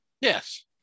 Yes